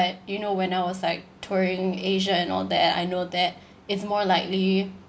you know when I was like touring asia and all that I know that it's more likely